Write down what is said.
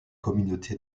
communautés